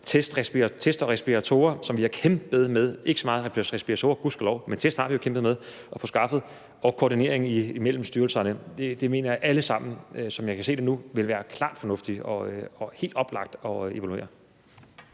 test og respiratorer, som vi har kæmpet med – ikke så meget med vores respiratorer, gudskelov, men test har vi jo kæmpet med at få skaffet – og koordinering imellem styrelserne. Alle de ting, som jeg kan se dem nu, mener jeg at det vil være klart fornuftigt og helt oplagt at evaluere